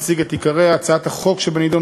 אני אציג את עיקרי הצעת החוק שבנדון,